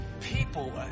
people